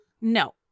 No